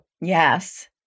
Yes